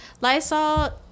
Lysol